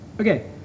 okay